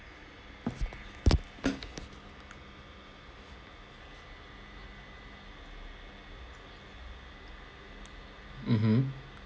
mmhmm